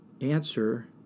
answer